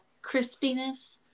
crispiness